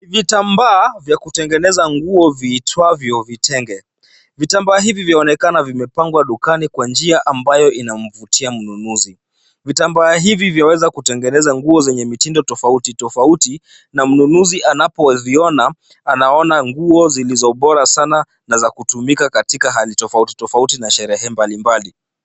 Vitambaa vya kutengeneza nguo viitwavyo vitenge. Vitambaa hivi vyaonekana vimepangwa dukani kwa njia ambayo inamvutia mnunuzi. Vitambaa hivi vyaweza kutengeneza nguo zenye mitindo tofauti tofauti na mnunuzi anapoviona anaona nguo zilizo bora sana na za kutumika katika hali tofauti tofauti na sherehe mbalimbali.